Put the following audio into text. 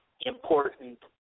important